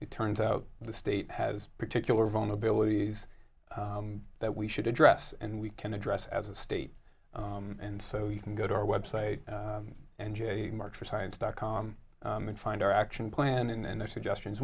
it turns out the state has particular vulnerabilities that we should address and we can address as a state and so you can go to our web site and you mark for science dot com and find our action plan and their suggestions